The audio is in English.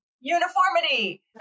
uniformity